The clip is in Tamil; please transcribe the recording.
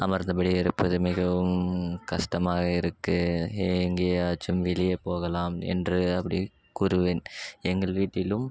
அமர்ந்தபடியே இருப்பது மிகவும் கஷ்டமாக இருக்குது எங்கேயாச்சும் வெளியே போகலாம் என்று அப்படி கூறுவேன் எங்கள் வீட்டிலும்